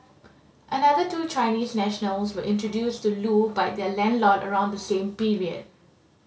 another two Chinese nationals were introduced to Loo by their landlord around the same period